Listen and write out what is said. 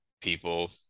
people